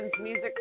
music